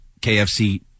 KFC